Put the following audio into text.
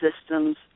systems